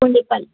ಪುಂಡಿಪಲ್